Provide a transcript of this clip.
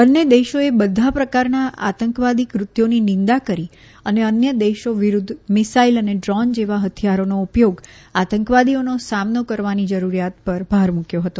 બંને દેશોએ બધા પ્રકારના આતંકવાદી કૃત્યોની નિંદા કરી અને અન્ય દેશો વિરૂદ્ધ મિસાઈલ અને ડ્રોન જેવા હથિયારોનો ઉપયોગ આતંકવાદીઓનો સામનો કરવાની જરૂરિયાત પર ભાર મૂક્યો હતો